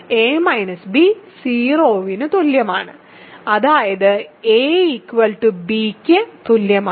a - b 0 ന് തുല്യമാണ് അതായത് a b ക്ക് തുല്യമാണ്